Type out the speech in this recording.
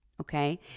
okay